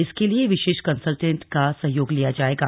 इसके लिए विशेष कन्सलटेंट का सहयोग लिया जायेगा